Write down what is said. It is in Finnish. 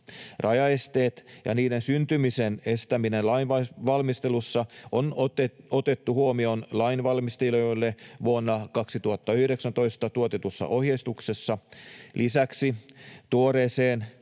Rajaesteet ja niiden syntymisen estäminen lainvalmistelussa on otettu huomioon lainvalmistelijoille vuonna 2019 tuotetussa ohjeistuksessa. Lisäksi tuoreeseen,